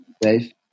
Dave